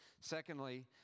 secondly